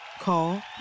Call